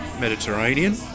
Mediterranean